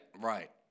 right